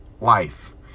life